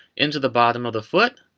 into the bottom of the foot.